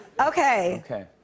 Okay